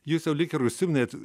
jūs jau lyg ir užsiminėt